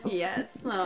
yes